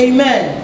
Amen